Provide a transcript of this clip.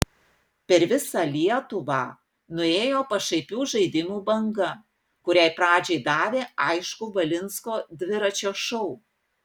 per visą lietuvą nuėjo pašaipių žaidimų banga kuriai pradžią davė aišku valinsko dviračio šou